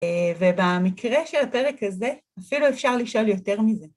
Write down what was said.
ובמקרה של הפרק הזה אפילו אפשר לשאול יותר מזה.